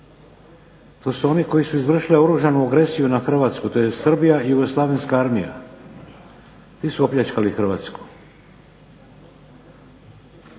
to su oni koji su izvršili oružanu agresiju na Hrvatsku, to je Srbija i Jugoslavenska armija. Oni su opljačkali Hrvatsku.